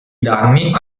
danni